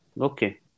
Okay